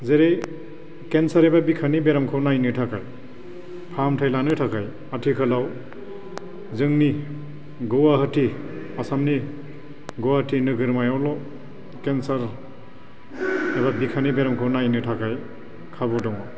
जेरै केन्सार एबा बिखानि बेरामखौ नायनो थाखाय फाहामथाय लानो थाखाय आथिखालाव जोंनि गुवाहाटी आसामनि गुवाहाटी नोगोरमायावल' केन्सार एबा बिखानि बेरामखौ नायनो थाखाय खाबु दङ